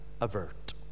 avert